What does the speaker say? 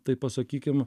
taip pasakykim